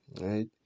right